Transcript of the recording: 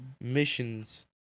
missions